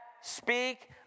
speak